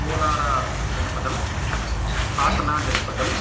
कोलाराजनपदम् हासनाजनपदम्